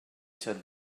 said